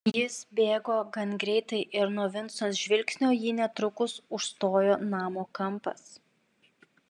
jis bėgo gan greitai ir nuo vinco žvilgsnio jį netrukus užstojo namo kampas